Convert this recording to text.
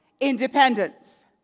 Independence